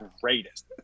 greatest